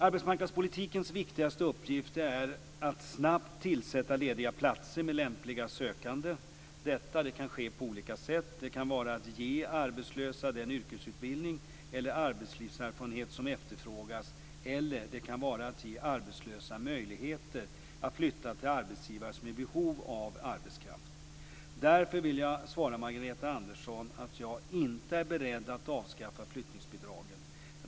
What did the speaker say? Arbetsmarknadspolitikens viktigaste uppgift är att snabbt tillsätta lediga platser med lämpliga sökande. Detta kan ske på olika sätt. Det kan vara att ge arbetslösa den yrkesutbildning eller arbetslivserfarenhet som efterfrågas, eller det kan vara att ge arbetslösa möjligheter att flytta till arbetsgivare som är i behov av arbetskraft. Därför vill jag svara Margareta Andersson att jag inte är beredd att avskaffa flyttningsbidragen.